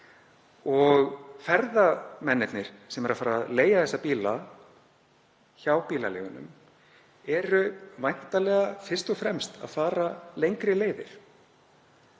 Ferðamennirnir sem eru að fara að leigja þessa bíla hjá bílaleigunum eru væntanlega fyrst og fremst að fara lengri leiðir.